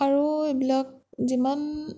আৰু এইবিলাক যিমান